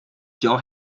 john